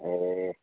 ए